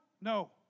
No